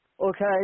okay